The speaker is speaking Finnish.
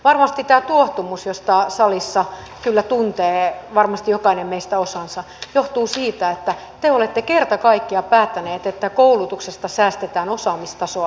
varmasti tämä tuohtumus josta salissa kyllä tuntee varmasti jokainen meistä osansa johtuu siitä että te olette kerta kaikkiaan päättäneet että koulutuksesta säästetään osaamistasoa laskemalla